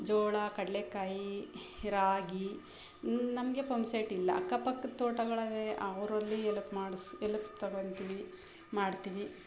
ಜೋಳ ಕಡಲೆಕಾಯಿ ರಾಗಿ ನಮಗೆ ಪಂಪ್ ಸೆಟ್ ಇಲ್ಲ ಅಕ್ಕಪಕ್ಕದ ತೋಟಗಳಲ್ಲಿ ಅವರಲ್ಲಿ ಎಲ್ಪ್ ಮಾಡ್ಸಿ ಎಲ್ಪ್ ತೊಗೋತಿವಿ ಮಾಡ್ತೀವಿ